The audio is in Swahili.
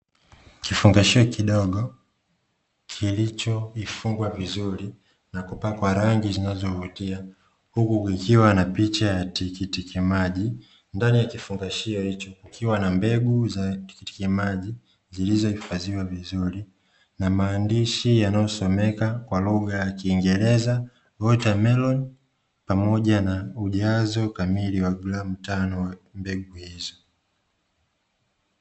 Kifungashio kidogo kilichofungwa vizuri na kupakwa rangi zinazovutia, huku kukiwa na picha ya tikiti maji ndani ya kifungashio hicho kukiwa na mbegu za tikiti maji; zilizohifadhiwa vizuri na maandishi yanayosomeka kwa lugha ya kingereza "watermelon" pamoja na ujazo kamili wa gramu tano wa mbegu hizo.